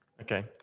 Okay